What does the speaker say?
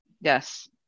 Yes